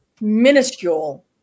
minuscule